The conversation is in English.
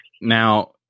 now